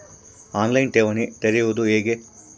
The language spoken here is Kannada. ಆನ್ ಲೈನ್ ಠೇವಣಿ ತೆರೆಯುವುದು ಹೇಗೆ?